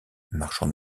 marchand